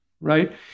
right